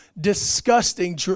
disgusting